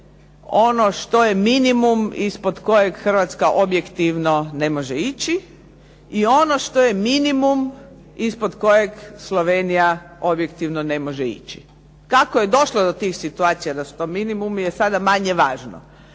ono što je minimum ispod kojeg Hrvatska objektivno ne može ići i ono što je minimum ispod kojeg Slovenija objektivno ne može ići. Kako je došlo do tih situacija da su to minimumu je sada manje važno